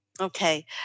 Okay